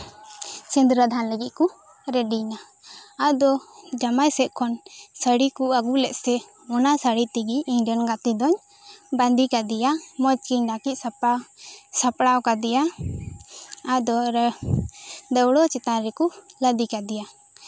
ᱥᱤᱸᱫᱽᱨᱟᱹ ᱫᱟᱱ ᱞᱟᱹᱜᱤᱫ ᱠᱚ ᱨᱮᱰᱤ ᱮᱱᱟ ᱟᱫᱚ ᱡᱟᱢᱟᱭ ᱥᱮᱫ ᱠᱷᱚᱱ ᱥᱟᱹᱲᱤ ᱠᱚ ᱟᱹᱜᱩ ᱞᱮᱫ ᱫᱚ ᱚᱱᱟ ᱥᱟᱹᱲᱤ ᱛᱮᱜᱮ ᱤᱧ ᱨᱮᱱ ᱜᱟᱛᱮ ᱫᱚᱧ ᱵᱟᱸᱫᱮ ᱠᱮᱫᱮᱭᱟ ᱢᱚᱸᱡᱽ ᱜᱮ ᱱᱟᱹᱠᱤᱪ ᱥᱟᱯᱷᱟ ᱥᱟᱯᱲᱟᱣ ᱠᱟᱫᱮᱭᱟᱹᱧ ᱟᱨ ᱫᱟᱹᱣᱲᱟᱹ ᱪᱮᱛᱟᱱ ᱨᱮᱠᱚ ᱞᱟᱫᱮ ᱠᱮᱫᱮᱭᱟ